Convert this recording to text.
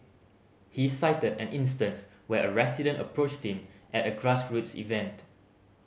he cited an instance where a resident approached him at a grassroots event